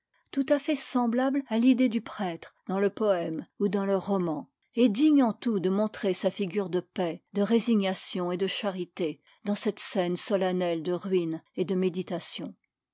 cadencée tout-à-fait semblable à l'idée du prêtre dans le poème ou dans le roman et digne en tout de montrer sa figure de paix de résignation et de charité dans cette scène solennelle de raines et de méditation